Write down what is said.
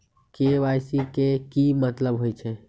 KYC के कि मतलब होइछइ?